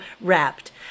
wrapped